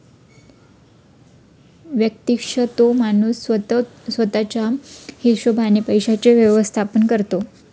व्यक्तिशः तो माणूस स्वतः च्या हिशोबाने पैशांचे व्यवस्थापन करतो